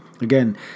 again